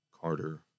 carter